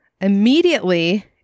immediately